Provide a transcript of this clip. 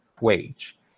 wage